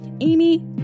amy